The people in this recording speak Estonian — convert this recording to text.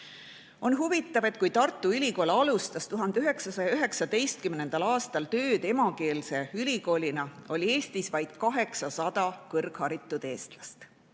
On huvitav, et kui Tartu Ülikool alustas 1919. aastal tööd emakeelse ülikoolina, oli Eestis vaid 800 kõrgharitud eestlast.